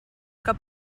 que